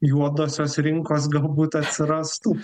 juodosios rinkos galbūt atsirastų